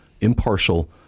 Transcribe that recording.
impartial